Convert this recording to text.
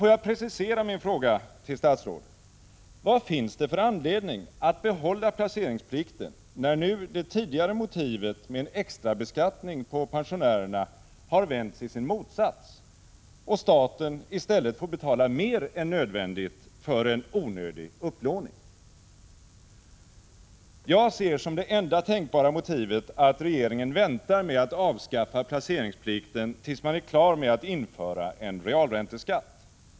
Låt mig precisera min fråga till statsrådet: Vad finns det för anledning att behålla placeringsplikten när nu det tidigare motivet, en extra beskattning på pensionärerna, har vänts i sin motsats och staten i stället får betala mer än nödvändigt för en onödig upplåning? Jag ser som det enda tänkbara motivet att regeringen väntar med att avskaffa placeringsplikten tills man är klar att införa en realränteskatt.